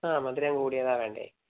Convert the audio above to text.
ആ മധുരം കൂടിയതാണ് വേണ്ടത്